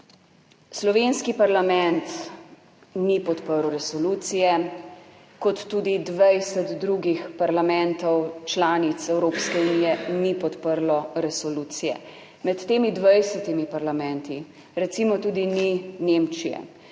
slovenski parlament ni podprl resolucije, kot tudi 20 drugih parlamentov članic Evropske unije ni podprlo resolucije, med temi 20. parlamenti recimo tudi ni Nemčije,